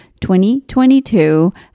2022